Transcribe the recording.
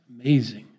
amazing